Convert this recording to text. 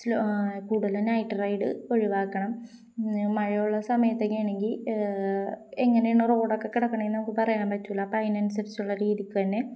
കൂടുതല് night ride ഒഴിവാക്കണം മഴയുള്ള സമയത്തൊക്കെയാണെങ്കില് എങ്ങനെയാണ് റോഡൊക്കെ കിടക്കുന്നതെന്ന് നമുക്ക് പറയാൻ പറ്റില്ല അപ്പോള് അതിനനുസരിച്ചുള്ള രീതിക്ക് തന്നെ